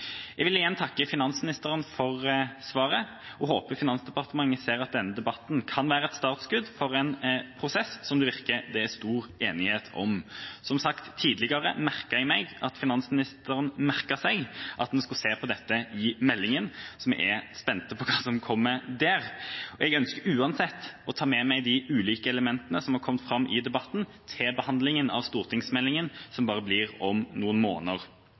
Jeg vil igjen takke finansministeren for svaret, og jeg håper at Finansdepartementet ser at denne debatten kan være et startskudd for en prosess som det virker som det er stor enighet om. Som sagt, tidligere merket jeg meg at finansministeren merket seg at en skulle se på dette i meldingen, så vi er spent på hva som kommer der. Jeg ønsker uansett å ta med meg de ulike elementene som har kommet fram i debatten, til behandlingen av stortingsmeldingen, som blir om bare noen måneder.